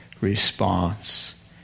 response